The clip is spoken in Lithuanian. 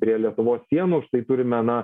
prie lietuvos sienų štai turime na